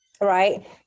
Right